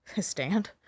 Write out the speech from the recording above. stand